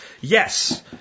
Yes